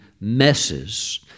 messes